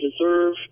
deserve